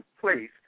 place